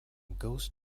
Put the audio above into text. ghost